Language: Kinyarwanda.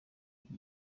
iki